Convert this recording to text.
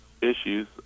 issues